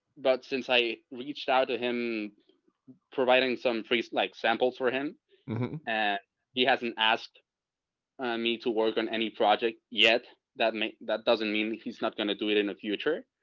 but since i reached out to him providing some free like samples for him and he hasn't asked me to work on any project yet that may, that doesn't mean that he's not going to do it in the future,